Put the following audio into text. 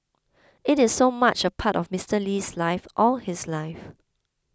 it is so much a part of Mister Lee's life all his life